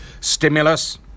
stimulus